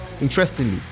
Interestingly